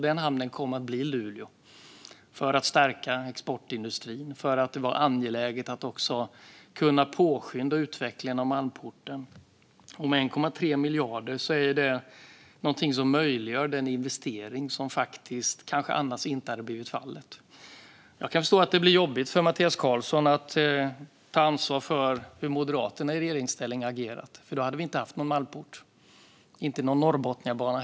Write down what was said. Denna hamn kom att bli Luleå. Det handlar om att stärka exportindustrin, och det är angeläget att kunna påskynda utvecklingen av Malmporten. Med 1,3 miljarder möjliggör man den investering som kanske annars inte hade blivit av. Jag kan förstå att det blir jobbigt för Mattias Karlsson att ta ansvar för hur Moderaterna i regeringsställning har agerat. Om de hade fått bestämma hade vi inte haft någon malmport och inte heller någon Norrbotniabana.